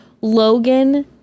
Logan